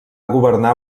governar